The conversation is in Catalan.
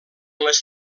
les